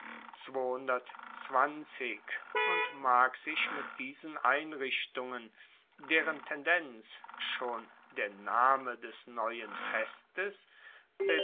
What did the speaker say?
und mag sich mit diesen einrichtungen deren tendenz schon der name des neuen festes